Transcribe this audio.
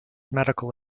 medical